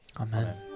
Amen